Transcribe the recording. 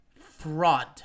fraud